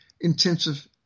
intensive